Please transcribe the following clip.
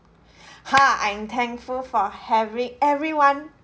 ha I'm thankful for having everyone